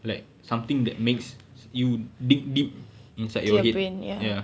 like something that makes you dig deep inside your head ya